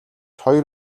хоёр